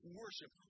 worship